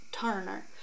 Turner